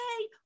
Yay